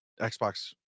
xbox